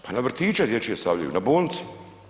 Pa na vrtiće dječje stavljaju, na bolnice.